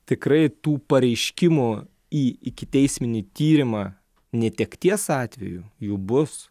tikrai tų pareiškimų į ikiteisminį tyrimą netekties atveju jų bus